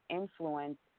influence